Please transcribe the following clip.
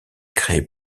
créé